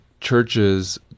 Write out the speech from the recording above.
churches